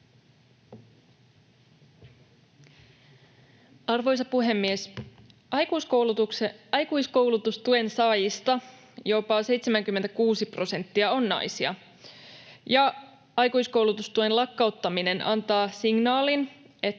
Arvoisa puhemies! Aikuiskoulutustuen saajista jopa 76 prosenttia on naisia, ja aikuiskoulutustuen lakkauttaminen antaa signaalin, että